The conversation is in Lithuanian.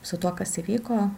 su tuo kas įvyko